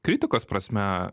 kritikos prasme